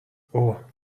اوه